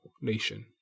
nation